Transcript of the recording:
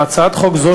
בהצעת חוק זו,